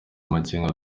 amakenga